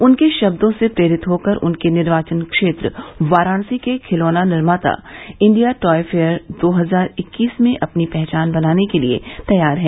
उनके शब्दों से प्रेरित होकर उनके निर्वाचन क्षेत्र वाराणसी के खिलौना निर्माता इंडिया टॉय फेयर दो हजार इक्कीस में अपनी पहचान बनाने के लिए तैयार हैं